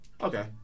okay